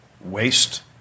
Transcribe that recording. waste